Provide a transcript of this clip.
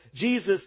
Jesus